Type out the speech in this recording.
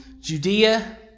Judea